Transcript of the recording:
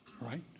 right